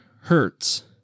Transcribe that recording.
Hertz